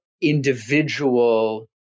individual